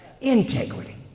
Integrity